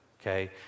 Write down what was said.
okay